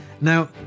Now